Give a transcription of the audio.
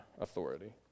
authority